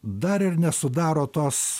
dar ir nesudaro tos